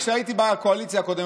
כשהייתי בקואליציה הקודמת,